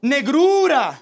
Negrura